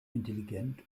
intelligent